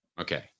okay